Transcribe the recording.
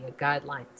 guidelines